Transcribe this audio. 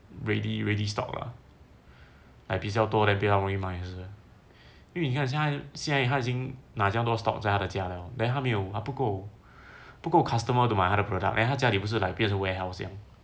ready ready stock lah like 比较多 then 比较容易卖也是因为你看现在他已经拿这样多 stock 在他的家 liao then 他没有他不够不够 customer to 买他的 product then 他家里不是 like 变成 warehouse hello